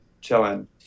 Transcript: chilling